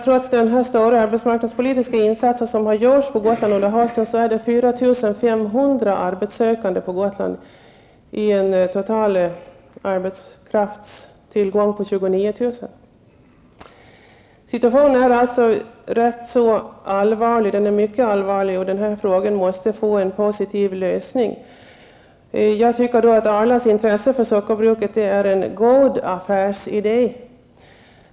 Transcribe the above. Trots den stora arbetsmarknadspolitiska insats som har gjorts på Gotland under hösten är det 4 500 arbetssökande på Gotland i en total arbetskraft på 29 000 Situationen är alltså mycket allvarlig. Den här frågan måste få en positiv lösning. Jag tycker då att Arlas intresse för sockerbruket är en god affärsidé.